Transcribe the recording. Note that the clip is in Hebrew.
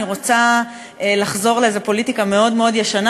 ואני רוצה לחזור לאיזו פוליטיקה מאוד מאוד ישנה,